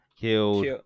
killed